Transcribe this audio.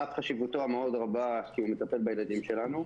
על אף חשיבותו המאוד רבה כי הוא מטפל בילדים שלנו,